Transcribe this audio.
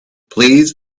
please